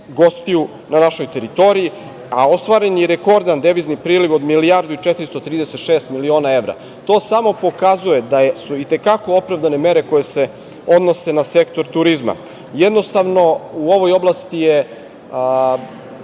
na našoj teritoriji, a ostvaren je rekordni devizni priliv od milijardu i 436 miliona evra. To samo pokazuje da su i te kako opravdane mere koje se odnose na sektor turizma. Jednostavno, u ovaj oblasti je